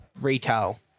retail